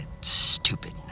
Stupid